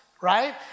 Right